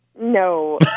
No